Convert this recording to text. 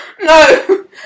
No